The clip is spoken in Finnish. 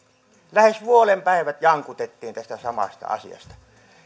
lähes vuoden päivät jankutettiin tästä samasta asiasta